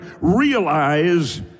realize